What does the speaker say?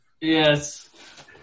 Yes